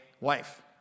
wife